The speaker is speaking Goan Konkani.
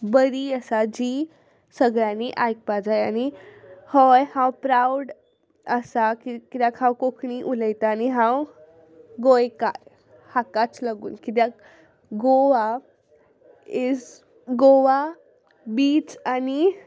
बरी आसा जी सगळ्यांनी आयकपाक जाय आनी हय हांव प्रावड आसा कित्याक हांव कोंकणी उलयतां आनी हांव गोंयकार हाकाच लागून कित्याक गोवा इज गोवा बीच आनी